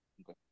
Okay